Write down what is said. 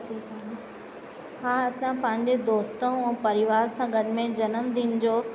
हा असां पंहिंजे दोस्त ऐं परिवार सां गॾु में जनम दिन जो